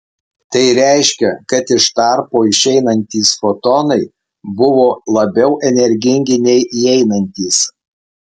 tai reiškia kad iš tarpo išeinantys fotonai buvo labiau energingi nei įeinantys